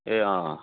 ए अँ अँ